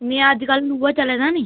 में अजकल लोहा चले दा निं